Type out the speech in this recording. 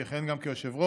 שיכהן גם כיושב-ראש,